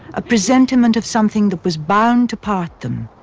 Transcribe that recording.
a presentiment of something that was bound to part them.